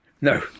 No